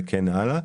וכן הלאה.